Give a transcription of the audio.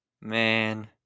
man